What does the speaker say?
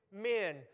men